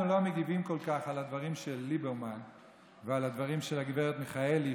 אנחנו לא מגיבים כל כך על הדברים של ליברמן ועל הדברים של הגברת מיכאלי,